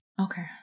Okay